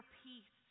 peace